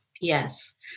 yes